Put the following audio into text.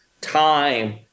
time